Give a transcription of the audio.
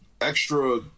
extra